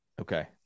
Okay